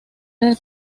del